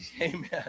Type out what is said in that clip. amen